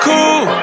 Cool